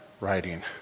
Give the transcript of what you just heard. writing